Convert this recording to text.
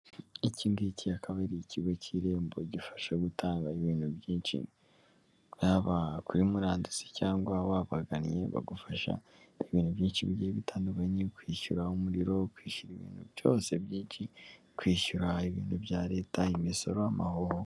Iki ngiki akaba ari ikigo cy'irembo gifasha gutanga ibintu byinshi haba kuri murandasi cyangwa wabagannye bagufasha ibintu byinshi bigiye bitandukanye kwishyura umuriro, kwishyura ibintu byose byinshi, kwishyura ibintu bya leta imisoro, amahoro.